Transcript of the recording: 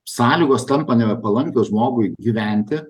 sąlygos tampa nebepalankios žmogui gyventi